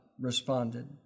responded